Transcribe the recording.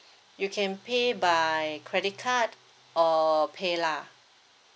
you can pay by credit card or paylah